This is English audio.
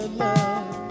love